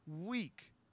week